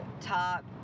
top